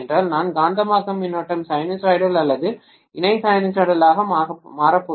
நான் காந்தமாக்கும் மின்னோட்டம் சைனூசாய்டல் அல்லது இணை சைனூசாய்டலாக மாறப் போகிறேன்